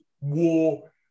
war